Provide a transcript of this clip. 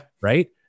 Right